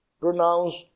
pronounced